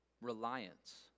Reliance